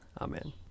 Amen